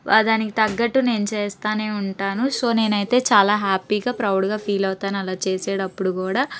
దానికి తగ్గట్టు నేను చేస్తానే ఉంటాను సో నేనైతే చాలా హ్యాపీగా ప్రౌడ్గా ఫీల్ అవుతాను అలా చేసేటప్పుడు కూడా